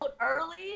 early